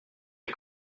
est